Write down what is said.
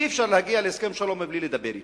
אי-אפשר להגיע להסכם שלום בלי לדבר אתו.